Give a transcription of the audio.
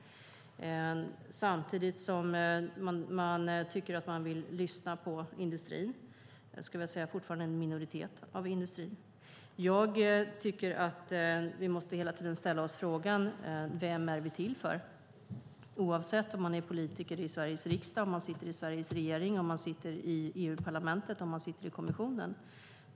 Samtidigt vill man lyssna på industrin, fortfarande en minoritet av industrin. Jag tycker att vi hela tiden måste ställa oss frågan vem vi är till för, detta oavsett om vi är politiker i Sveriges riksdag, sitter i Sveriges regering, i EU-parlamentet eller i kommissionen.